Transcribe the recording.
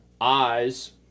eyes